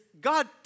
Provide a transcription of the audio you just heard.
God